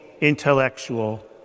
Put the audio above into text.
intellectual